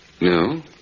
No